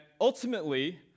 ultimately